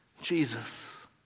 Jesus